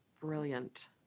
brilliant